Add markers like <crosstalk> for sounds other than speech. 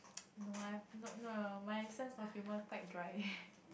no ah I'm not no my sense of humor quite dry <laughs>